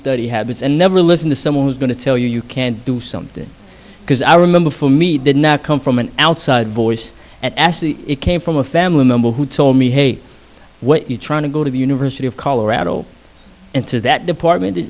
study habits and never listen to someone who's going to tell you you can't do something because i remember for me did not come from an outside voice it came from a family member who told me hey what you trying to go to the university of colorado and to that department